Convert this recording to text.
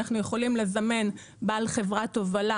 אנחנו יכולים לזמן בעל חברת הובלה